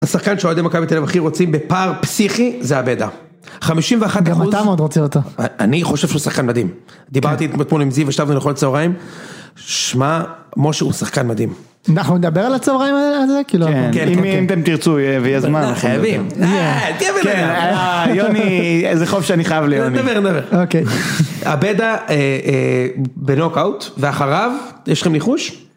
- השחקן שאוהדי מכבי תל אביב הכי רוצים בפער פסיכי, זה עבדה. 51%... - גם אתה מאוד רוצה אותו. - אני חושב שהוא שחקן מדהים. דיברתי אתמול עם זיו, ישבנו לאכול צהריים, שמע, משה הוא שחקן מדהים. - אנחנו נדבר על הצהריים הז.. הזה? כאילו - כן, כן, אם אתם תרצו, ויהיה זמן.. - חייבים! - אה, תהיה בנאדם! - אה, יוני, איזה חוב שאני חייב ליוני. - נדבר, נדבר. - אוקיי. - עבדה בנוקאוט, ואחריו.. יש לכם ניחוש?